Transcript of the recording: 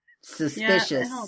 Suspicious